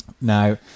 Now